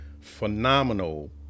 phenomenal